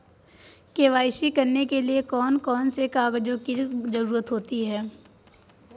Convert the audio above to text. KYC करने के लिए कौन कौन से कागजों की जरूरत होती है?